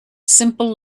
simple